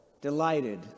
delighted